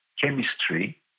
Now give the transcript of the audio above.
chemistry